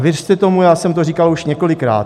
Věřte tomu já jsem to říkal už několikrát.